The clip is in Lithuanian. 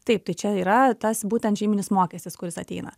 taip tai čia yra tas būtent žyminis mokestis kuris ateina